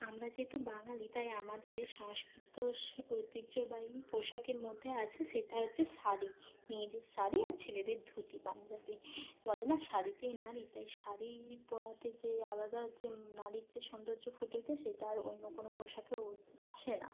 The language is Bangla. আমরা যেহেতু বাঙালি তাই আমাদের সংস্কৃতি ঐতিহ্যবাহী পোশাকের মধ্যে আছে সেটা হচ্ছে শাড়ি মেয়েদের শাড়ি আর ছেলেদের ধুতি পাঞ্জাবি বলে না শাড়িতেই নারী তাই শাড়ি পরাতে যে আলাদা যে নারীর যে সৌন্দর্য ফুটে ওঠে সেটা আর অন্য কোনো পোশাকেও আসে না